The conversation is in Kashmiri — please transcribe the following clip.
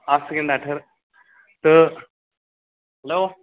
اکھ مِنٛٹ ٹھہر تہٕ ہیٚلو